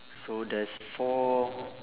so there's four